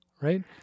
right